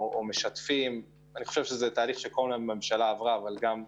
ומשתפים זה חלק מתהליך שכל הממשלה עברה וגם אנחנו,